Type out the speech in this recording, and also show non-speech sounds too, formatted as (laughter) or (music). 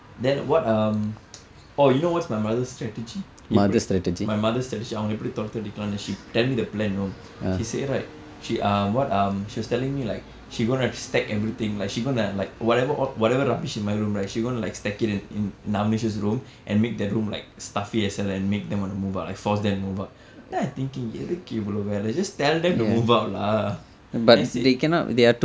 then what um (noise) oh you know what's my mother strategy எப்படி:eppadi my mother strategy அவங்கள எப்படி துரத்தலாம்:avangala eppadi thuratthlaam she tell me the plan you know she said right she um what um she was telling me like she going to stack everything like she gonna like whatever or whatever rubbish in my room right she gonna like stack it in in navinesh room and make their room like stuffy as hell and make them want to move out like force them to move out then I thinking you எதுக்கு இவ்வளவு வேலை:ethukku ivvalavu velai just tell them to move out lah then I say